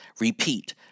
repeat